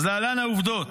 להלן העובדות: